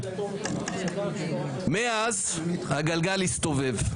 מאז הגלגל הסתובב.